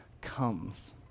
comes